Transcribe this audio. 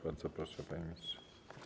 Bardzo proszę, panie ministrze.